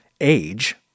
age